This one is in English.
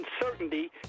uncertainty